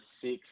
six